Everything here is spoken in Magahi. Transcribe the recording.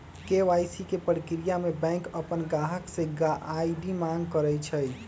के.वाई.सी के परक्रिया में बैंक अपन गाहक से आई.डी मांग करई छई